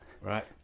right